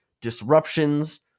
disruptions